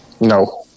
No